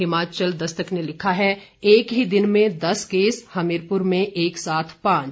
हिमाचल दस्तक ने लिखा है एक ही दिन में दस केस हमीरपुर में एक साथ पांच